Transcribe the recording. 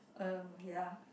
uh ya